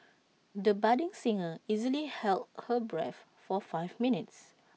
the budding singer easily held her breath for five minutes